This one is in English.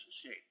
shape